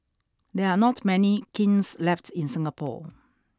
there are not many kilns left in Singapore